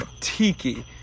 tiki